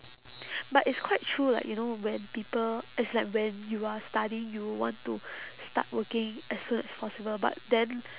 but it's quite true like you know when people it's like when you are studying you will want to start working as soon as possible but then